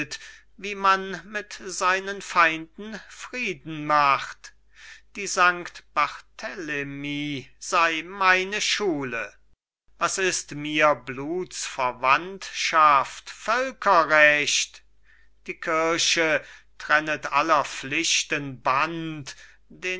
wie man mit seinen feinden frieden macht die sankt barthelemi sei meine schule was ist mir blutsverwandtschaft völkerrecht die kirche trennet aller plichten